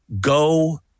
go